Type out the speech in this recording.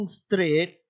straight